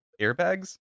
airbags